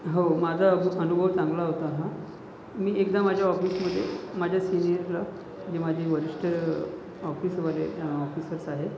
हो माझा जो अनुभव चांगला होता हा मी एकदा माझ्या ऑफिसमध्ये माझ्या सीनियरला जे माझे वरिष्ठ ऑफिसवाले ऑफिसर्स आहेत